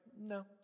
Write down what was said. no